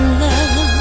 love